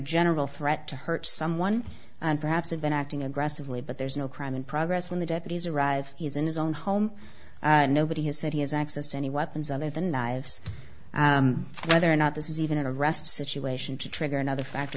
general threat to hurt someone and perhaps have been acting aggressively but there's no crime in progress when the deputies arrive he's in his own home and nobody has said he has access to any weapons other than dives whether or not this is even an arrest situation to trigger another factor